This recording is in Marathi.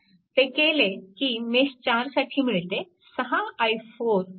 ते केले की मेश 4 साठी मिळते 6i4 i5 5ix 0